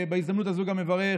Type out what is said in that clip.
ובהזדמנות הזאת אני גם מברך